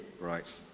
Right